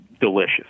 delicious